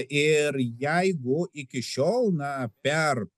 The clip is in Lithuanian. ir jeigu iki šiol na per